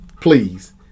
please